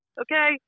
Okay